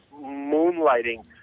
Moonlighting